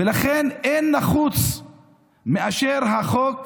ולכן אין נחוץ יותר מהחוק הזה,